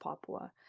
Papua